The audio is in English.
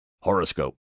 Horoscope